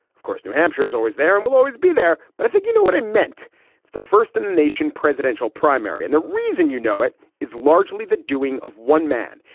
of course, new hampshire is always there and will always be there. but i think you know what it meant it's the first in the nation presidential primary. and the reason, you know, it is largely the doing of one man.